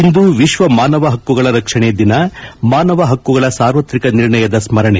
ಇಂದು ವಿಶ್ವ ಮಾನವ ಹಕ್ಕುಗಳ ರಕ್ಷಣೆ ದಿನ ಮಾನವ ಹಕ್ಕುಗಳ ಸಾರ್ವತ್ರಿಕ ನಿರ್ಣಯದ ಸ್ಮರಣೆ